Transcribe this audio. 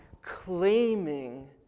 claiming